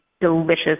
delicious